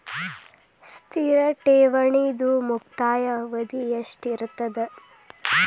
ಸ್ಥಿರ ಠೇವಣಿದು ಮುಕ್ತಾಯ ಅವಧಿ ಎಷ್ಟಿರತದ?